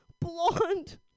blonde